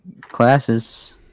classes